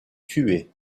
tué